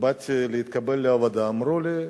ובאתי להתקבל לעבודה, אמרו לי: